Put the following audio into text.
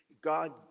God